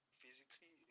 physically